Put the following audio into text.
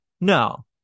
No